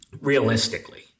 realistically